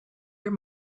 your